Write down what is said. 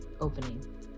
opening